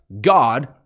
God